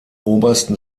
obersten